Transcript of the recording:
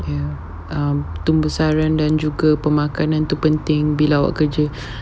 um tunggu saran and juga pemakanan tu penting bila awak kerja